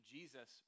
Jesus